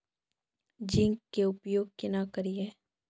Zinc के उपयोग केना करये?